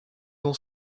dans